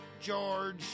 George